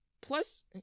Plus